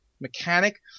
mechanic